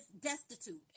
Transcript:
destitute